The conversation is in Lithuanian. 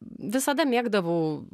visada mėgdavau